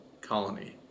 colony